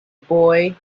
boy